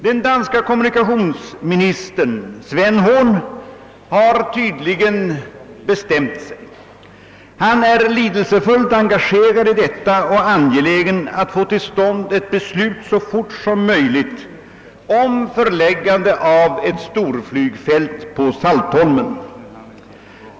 Den danske kommunikationsministern Svend Horn, har tydligen bestämt sig. Han är lidelsefullt engagerad i detta projekt och angelägen att så snart som möjligt få till stånd ett beslut om förläggande av ett storflygfält på Saltholm.